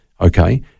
Okay